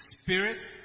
spirit